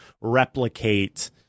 replicate